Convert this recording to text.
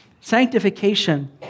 Sanctification